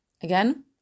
Again